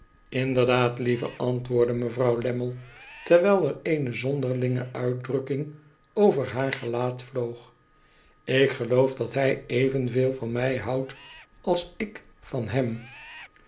inderdaad lieve antwoordde mevrouw lammie terwijl er eene zonderlinge uitdrukking over haar gelaat vloog ik geloof dat hij evenveel van mij houdt als ik van hem